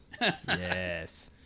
Yes